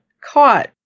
caught